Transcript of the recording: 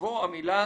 תבוא המילה